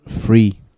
free